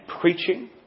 preaching